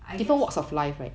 I guess